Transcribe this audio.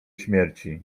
śmierci